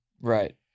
Right